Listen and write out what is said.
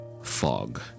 fog